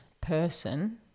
person